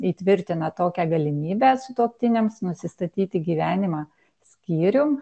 įtvirtina tokią galimybę sutuoktiniams nusistatyti gyvenimą skyrium